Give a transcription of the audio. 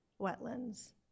wetlands